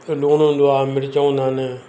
की लूणु हूंदो आहे मिर्च हूंदा आहिनि